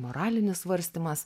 moralinis svarstymas